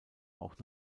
auch